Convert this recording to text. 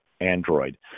Android